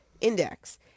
index